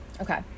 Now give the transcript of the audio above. okay